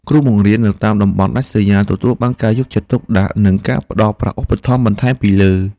គ្រូបង្រៀននៅតាមតំបន់ដាច់ស្រយាលទទួលបានការយកចិត្តទុកដាក់និងការផ្តល់ប្រាក់ឧបត្ថម្ភបន្ថែមពីលើ។